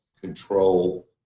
control